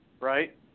right